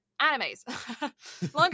animes